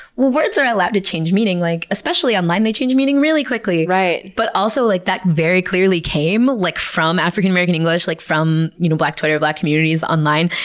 well words are allowed to change meaning, like especially online, they change meaning really quickly. but also, like that very clearly came like from african american english, like from you know black twitter, black communities online,